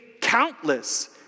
countless